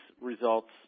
results